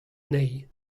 anezhi